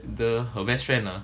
the her best friend ah